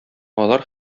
алар